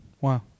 Wow